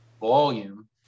volume